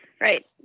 Right